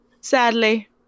sadly